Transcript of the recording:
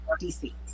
DC